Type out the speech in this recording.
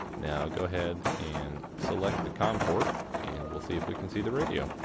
now go ahead and select the comport and we'll see if we can see the radio.